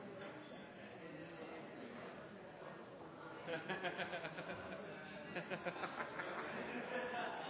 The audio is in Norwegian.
etter et